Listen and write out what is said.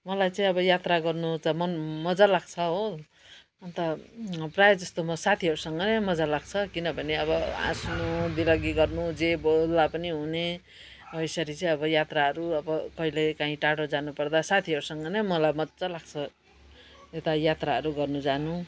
मलाई चाहिँ अब यात्रा गर्नु त मन मज्जा लाग्छ हो अन्त प्रायः जस्तो म साथीहरूसँगै मज्जा लाग्छ किनभने अब हाँस्नु दिल्लगी गर्नु जे बोल्दा पनि हुने यसरी चाहिँ अब यात्राहरू अब कहिले कहीँ टाडो जानु पर्दा साथीहरूसँग नै मलाई मज्जा लाग्छ यता यात्राहरू गर्नु जानु